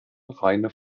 reine